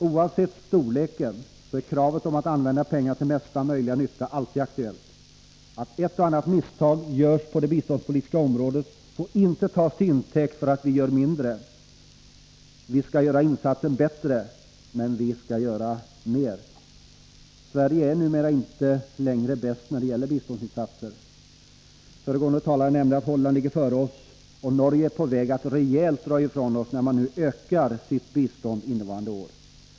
Oavsett storleken är kravet på att använda pengarna till mesta möjliga nytta alltid aktuellt. Att ett och annat misstag görs på det biståndspolitiska området får inte tas till intäkt för att vi gör mindre. Vi skall göra insatsen bättre, och vi skall göra mer. Sverige är inte längre bäst när det gäller biståndsinsatser. Föregående talare nämnde att Holland ligger före oss, och Norge är på väg att rejält dra ifrån oss då man ökar sitt bistånd under innevarande år.